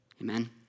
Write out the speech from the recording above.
Amen